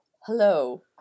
hello